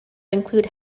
include